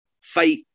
fight